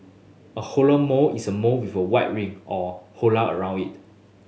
a halo mole is a mole with a white ring or halo around it